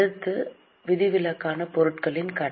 அடுத்து விதிவிலக்கான பொருட்களின் கடன்